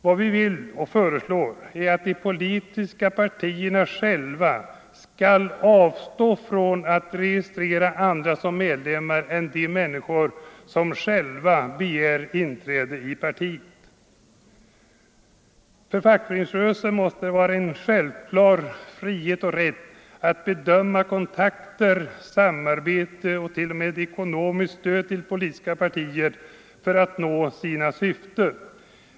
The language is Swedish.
Vad vi vill och föreslår är att de politiska partierna inte skall registrera andra som medälva begär inträde i partiet. För fack lemmar än de människor som sj föreningsrörelsen måste det vara en självklar frihet och rättighet att bedöma kontakter, samarbete och t.o.m. ekonomiskt stöd till politiska partier för att nå sina syften.